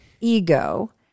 ego